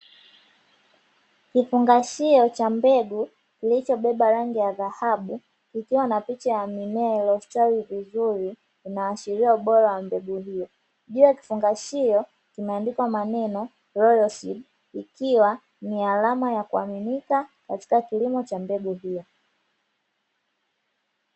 Kifungashio cha mbegu kilicho beba rangi ya dhahabu, ikiwa na picha ya mimea iliyo stawi vizuri inaashiria ubora wa mbegu hiyo. Juu ya kifungashio kimeandika maneno, " Royal Seed" ( ikiwa ni alama ya kuaminika katika kilimo cha mbegu hiyo )